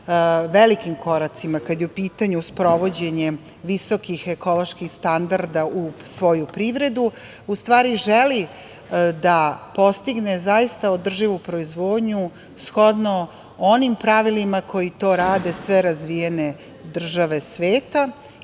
velikim koracima kada je u pitanju sprovođenje visokih ekoloških standarda u svoju privredu, u stvari želi da postigne zaista održivu proizvodnju, shodno onim pravilima kako to rade sve razvijene države sveta.